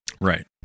Right